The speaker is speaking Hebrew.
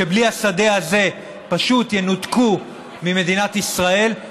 שבלי השדה הזה פשוט ינותקו ממדינת ישראל,